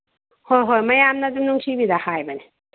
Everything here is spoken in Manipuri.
ꯍꯣꯏ ꯍꯣꯏ ꯃꯌꯥꯝꯅꯁꯨ ꯅꯨꯡꯁꯤꯕꯤꯗ ꯍꯥꯏꯕꯅꯤ